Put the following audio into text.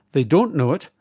they don't know it,